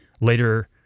Later